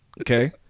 Okay